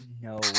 No